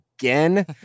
again